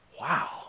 Wow